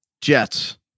Jets